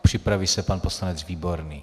Připraví se pan poslanec Výborný.